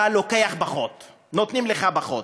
אתה לוקח פחות, נותנים לך פחות,